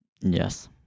Yes